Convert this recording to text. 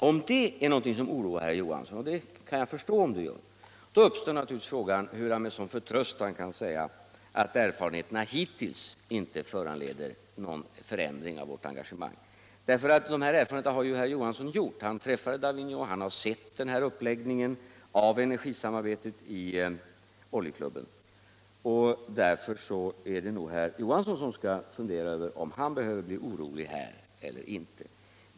Om det är någonting som oroar herr Johansson — och det kan jag förstå om det gör — uppstår givetvis frågan, hur han med sådan förtröstan kan säga att erfarenheterna hittills inte föranleder någon förändring av vårt engagemang. Sådana erfarenheter har dock herr Johansson redan gjort, eftersom han har träffat herr Davignon och har sett uppläggningen av energisamarbetet i Oljeklubben. Därför skall nog herr Johansson fundera över om han behöver bli orolig eller inte.